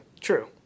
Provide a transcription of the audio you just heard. true